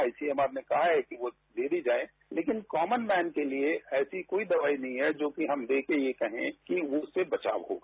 ICMR ने कहा है कि वो डेली जाए लेकिन कॉमन मैन के लिए ऐसी कोई दवाई नहीं है जो कि हम देकर ये कहें कि वो उससे बचाव होगा